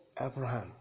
Abraham